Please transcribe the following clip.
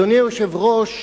אדוני היושב-ראש,